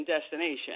destination